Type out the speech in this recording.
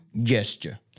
gesture